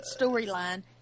storyline